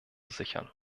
sichern